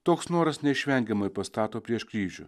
toks noras neišvengiamai pastato prieš kryžių